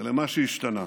ולמה שהשתנה.